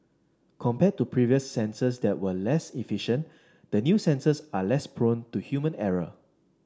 compared to previous sensors that were less efficient the new sensors are less prone to human error